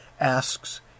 asks